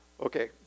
okay